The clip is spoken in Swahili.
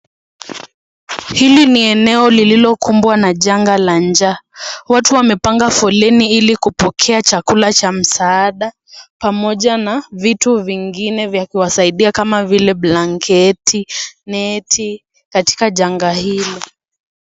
Hili ni eneo lililokumbwa na janga la njaa. Watu wamepanga foleni ili kupokea chakula cha misaada pamoja na vitu vingine vya kuwasaidia kama vile blanketi, neti katika janga hilo.